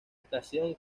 estación